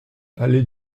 allée